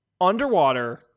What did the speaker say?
underwater